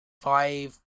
five